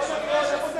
הם צריכים להיות פה.